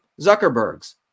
Zuckerberg's